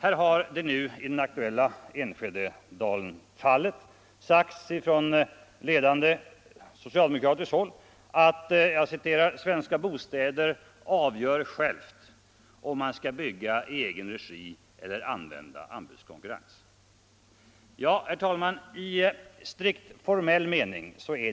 Här har det nu i det aktuella Enskededalenfallet sagts från ledande socialdemokratiskt håll att ”Svenska Bostäder avgör självt om man skall Om principerna för bygga i egen regi eller använda anbudskonkurrens”. kommunernas Ja, herr talman, detta är i strikt formell mening riktigt.